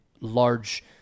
large